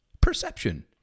perception